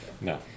No